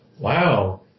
wow